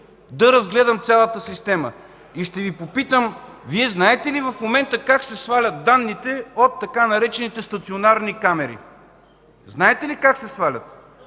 да разгледам цялата система. Ще Ви попитам: Вие знаете ли в момента как се свалят данните от така наречените „стационарни камери”? Знаете ли как се свалят?